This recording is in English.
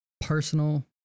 personal